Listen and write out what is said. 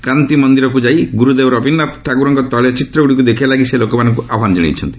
କ୍ରାନ୍ତି ମନ୍ଦିର ଯାଇ ଗୁରୁଦେବ ରବିନ୍ଦ୍ରନାଥ ଠାକୁରଙ୍କ ତୈଳ ଚିତ୍ରଗୁଡ଼ିକୁ ଦେଖିବା ଲାଗି ସେ ଲୋକମାନଙ୍କୁ ଆହ୍ୱାନ ଜଣାଇଛନ୍ତି